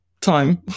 time